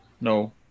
No